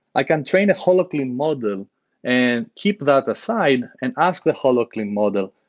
i can train a holoclean model and keep that aside and ask the holoclean model,